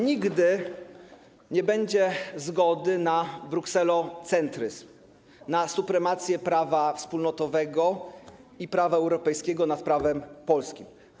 Nigdy nie będzie zgody na brukselocentryzm, na supremację prawa wspólnotowego i prawa europejskiego nad prawem polskim.